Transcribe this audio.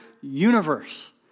universe